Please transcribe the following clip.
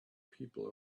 people